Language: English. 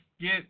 get